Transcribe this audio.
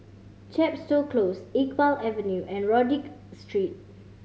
Chepstow Close Iqbal Avenue and Rodyk Street